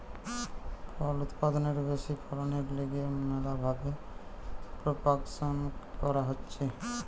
ফল উৎপাদনের ব্যাশি ফলনের লিগে ম্যালা ভাবে প্রোপাগাসন ক্যরা হতিছে